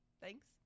thanks